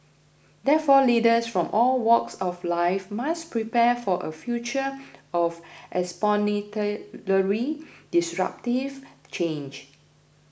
therefore leaders from all walks of life must prepare for a future of exponentially disruptive change